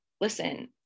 listen